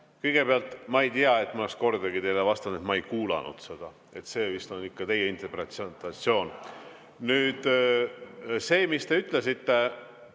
Kõigepealt, ma ei tea, et ma oleks kordagi teile vastanud, et ma ei kuulanud seda. See vist on ikka teie interpretatsioon. Nüüd see, mis te ütlesite